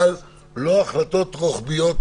אבל לא רק החלטות רוחביות,